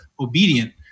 obedient